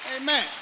Amen